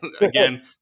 Again